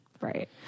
Right